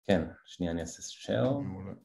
כן, שנייה אני אעשה שייר